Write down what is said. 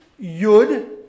yud